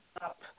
up